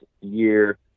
year